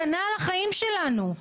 הגנה על החיים שלנו?